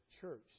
church